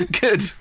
Good